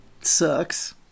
sucks